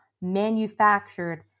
manufactured